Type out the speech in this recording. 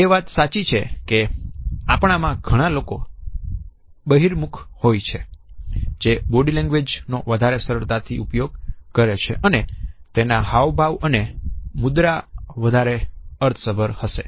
એ વાત સાચી છે કે આપણામાં ઘણા લોકો બહિર્મુખ હોય છે જે બોડી લેંગ્વેજનો વધારે સરળતાથી ઉપયોગ કરે છે અને તેના હાવભાવ અને મુદ્રા વધારે અર્થસભર હશે